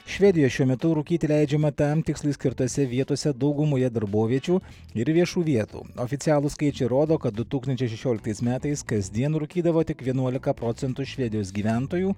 švedijoj šiuo metu rūkyti leidžiama tam tikslui skirtose vietose daugumoje darboviečių ir viešų vietų oficialūs skaičiai rodo kad du tūkstančiai šešioliktais metais kasdien rūkydavo tik vienuolika procentų švedijos gyventojų